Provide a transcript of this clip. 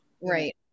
right